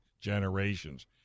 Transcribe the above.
generations